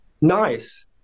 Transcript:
nice